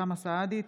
אוסאמה סעדי,